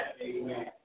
Amen